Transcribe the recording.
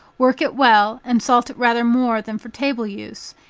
work it well, and salt it rather more than for table use,